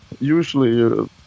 usually